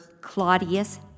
Claudius